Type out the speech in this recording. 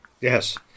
Yes